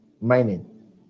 mining